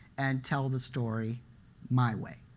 and tell the story my way.